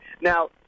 Now